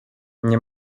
nie